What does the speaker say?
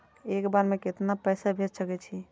एक बार में केतना पैसा भेज सके छी?